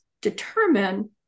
determine